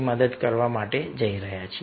મદદ કરવા જઈ રહ્યા છીએ